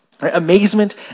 amazement